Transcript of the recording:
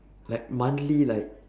like monthly like